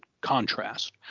contrast